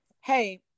hey